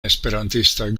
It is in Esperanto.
esperantistaj